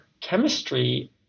chemistry